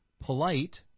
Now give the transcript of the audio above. polite